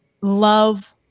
love